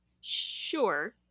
Sure